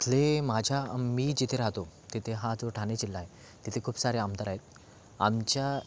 इथली माझ्या मी जिथे राहतो तेथे हा जो ठाने जिल्हा आहे तिथे खूप सारे आमदार आहेत आमच्या